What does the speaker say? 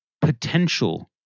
potential